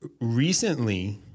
recently